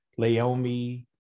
Laomi